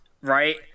right